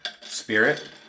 spirit